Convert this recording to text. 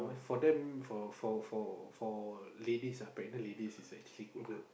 for them for for for for ladies ah pregnant ladies is actually good lah